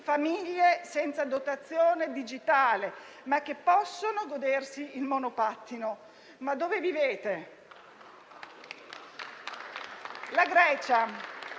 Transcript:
famiglie senza dotazione digitale, che però possono godersi il monopattino. Ma dove vivete?